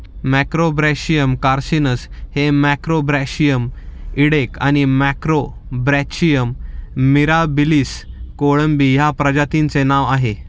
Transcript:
Macrobrachium carcinus हे Macrobrachium इडेक आणि मॅक्रोब्रॅचियम मिराबिलिस कोळंबी या प्रजातींचे नाव आहे